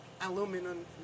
aluminum